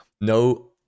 No